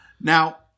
Now